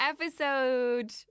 episode